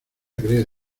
creer